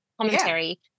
commentary